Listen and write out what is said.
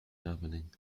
happening